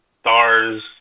stars